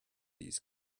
these